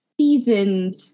seasoned